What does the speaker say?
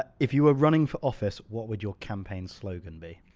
if you were running for office, what would your campaign slogan be?